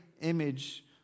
image